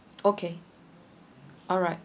okay alright